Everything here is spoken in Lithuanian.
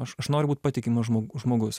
aš aš noriu būt patikimas žmog žmogus